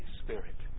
spirit